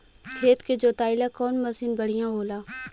खेत के जोतईला कवन मसीन बढ़ियां होला?